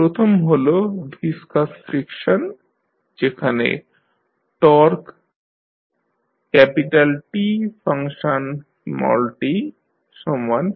প্রথম হল viscous friction যেখানে টর্ক TtBdθdt